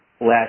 last